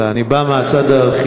אלא אני בא מהצד הארכיאולוגי,